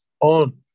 on